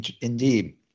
Indeed